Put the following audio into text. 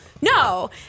No